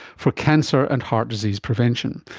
for cancer and heart disease prevention.